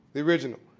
the original.